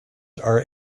are